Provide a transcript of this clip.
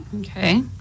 Okay